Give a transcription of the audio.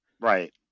Right